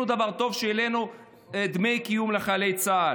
דבר טוב כשהעלינו את דמי הקיום לחיילי צה"ל.